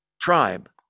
tribe